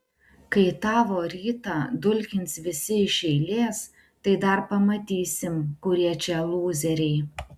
kai tavo rytą dulkins visi iš eilės tai dar pamatysim kurie čia lūzeriai